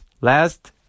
Last